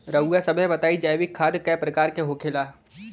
रउआ सभे बताई जैविक खाद क प्रकार के होखेला?